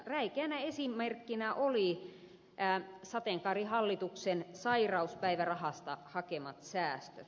räikeänä esimerkkinä oli sateenkaarihallituksen sairauspäivärahasta hakemat säästöt